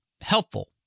helpful